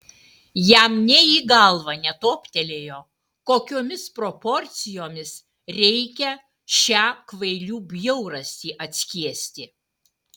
jam nė į galvą netoptelėjo kokiomis proporcijomis reikia šią kvailių bjaurastį atskiesti